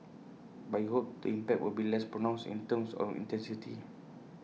but we hope the impact will be less pronounced in terms of intensity